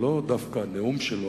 ולא דווקא הנאום שלו.